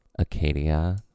Acadia